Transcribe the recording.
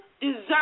deserve